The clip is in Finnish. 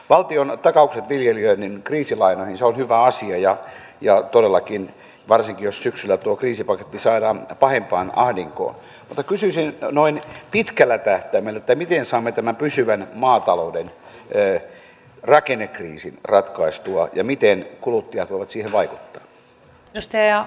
valtion takaukset viljelijöiden kriisilainoihin ovat hyvä asia ja todellakin varsinkin jos syksyllä tuo kriisipaketti saadaan pahimpaan ahdinkoon mutta kysyisin miten saamme pitkällä tähtäimellä tämän pysyvän maatalouden rakennekriisin ratkaistua ja miten kuluttajat voivat siihen vaikuttaa